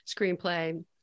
screenplay